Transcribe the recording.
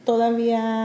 Todavía